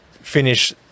finish